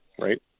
right